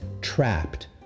trapped